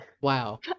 Wow